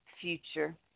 future